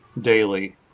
daily